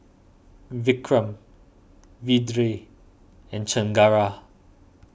Vikram Vedre and Chengara